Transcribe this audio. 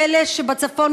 אלה שבצפון,